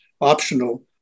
optional